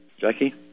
Jackie